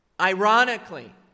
ironically